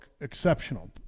exceptional